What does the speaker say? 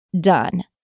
done